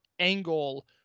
Angle